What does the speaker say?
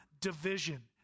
division